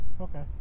okay